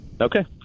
Okay